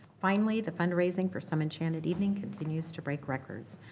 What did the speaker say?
finally, the fundraising for some enchanted evening continues to break records.